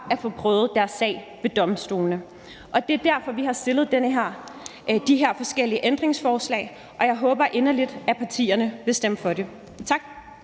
at få prøvet deres sag ved domstolene. Det er derfor, vi har stillet de her forskellige ændringsforslag, og jeg håber inderligt, at partierne vil stemme for dem. Tak.